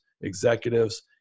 executives